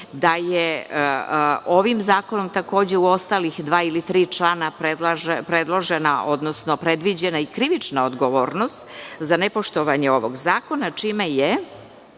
da je ovim zakonom takođe u ostalih dva ili tri člana predložena odnosno predviđena i krivična odgovornost za nepoštovanje ovog zakona, čime je